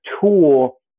tool